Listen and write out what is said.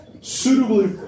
suitably